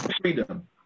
freedom